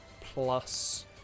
plus